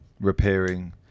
repairing